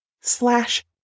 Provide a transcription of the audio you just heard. slash